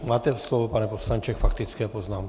Máte slovo, pane poslanče, k faktické poznámce.